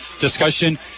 discussion